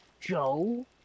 joe